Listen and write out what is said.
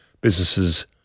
businesses